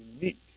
unique